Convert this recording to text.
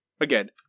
Again